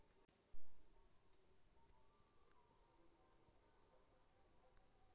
एकर बाद एकल चेक विकल्प पर क्लिक करू